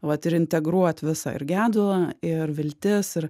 vat ir integruot visą ir gedulą ir viltis ir